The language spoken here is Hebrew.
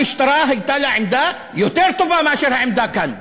למשטרה הייתה עמדה יותר טובה מאשר העמדה כאן.